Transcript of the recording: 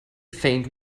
faint